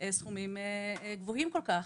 סכומים גבוהים כל כך,